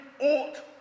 ought